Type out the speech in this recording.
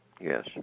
Yes